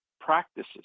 practices